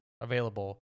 available